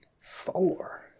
Four